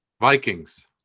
vikings